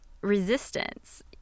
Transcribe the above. resistance